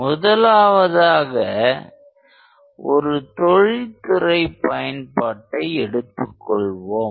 முதலாவதாக ஒரு தொழில்துறை பயன்பாட்டை எடுத்துக்கொள்வோம்